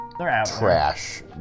trash